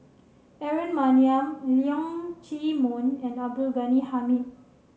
Aaron Maniam Leong Chee Mun and Abdul Ghani Hamid